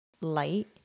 light